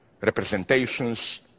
representations